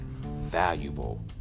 valuable